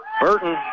Burton